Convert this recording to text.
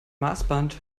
maßband